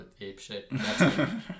apeshit